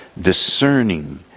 discerning